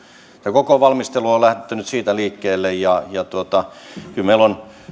koko valmistelu on lähtenyt siitä liikkeelle ja ja kyllä meillä on